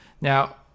Now